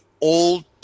old